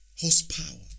horsepower